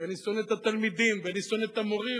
כי אני שונא את התלמידים ואני שונא את המורים.